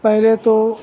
پہلے تو